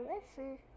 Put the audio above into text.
listen